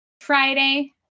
Friday